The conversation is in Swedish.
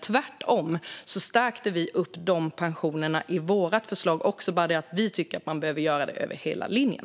Tvärtom stärkte vi upp de pensionerna också i vårt förslag, men vi tyckte att man behövde stärka pensionerna över hela linjen.